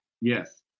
Yes